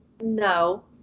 no